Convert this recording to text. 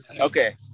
Okay